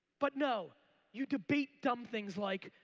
but no you debate dumb things like,